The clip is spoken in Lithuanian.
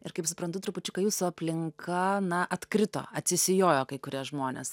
ir kaip suprantu trupučiuką jūsų aplinka na atkrito atsisijojo kai kurie žmonės